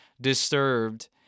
disturbed